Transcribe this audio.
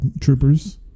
troopers